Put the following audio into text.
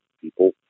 people